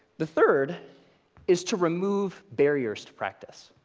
the third is to remove barriers to practice.